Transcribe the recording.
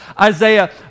Isaiah